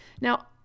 Now